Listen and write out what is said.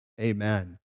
Amen